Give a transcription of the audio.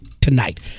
tonight